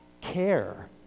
care